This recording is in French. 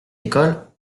école